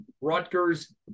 Rutgers